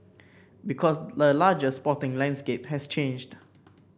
because the larger sporting landscape has changed